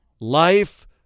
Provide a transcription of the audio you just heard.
life